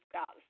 God